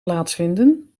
plaatsvinden